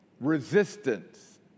resistance